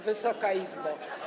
Wysoka Izbo!